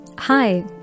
Hi